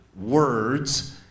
words